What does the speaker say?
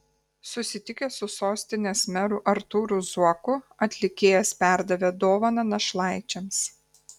susitikęs su sostinės meru artūru zuoku atlikėjas perdavė dovaną našlaičiams